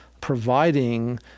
providing